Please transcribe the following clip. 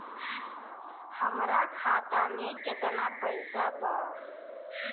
हमरा खाता में केतना पइसा बा?